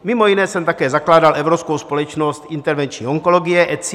Mimo jiné jsem také zakládal Evropskou společnost intervenční onkologie ECIO.